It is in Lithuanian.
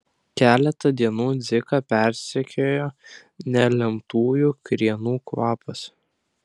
keletą dienų dziką persekiojo nelemtųjų krienų kvapas